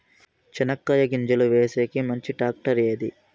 చెనక్కాయ గింజలు వేసేకి మంచి టాక్టర్ ఏది?